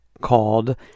called